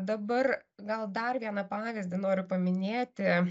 dabar gal dar vieną pavyzdį noriu paminėti